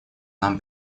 нам